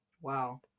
Wow